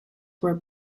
were